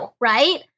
Right